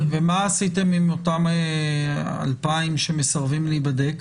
ומה עשיתם עם אותם 2,000 שמסרבים להיבדק?